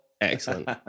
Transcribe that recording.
Excellent